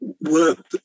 work